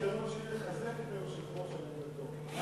זאת ההזדמנות שלי לחזק את היושב-ראש גם אני.